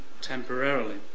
temporarily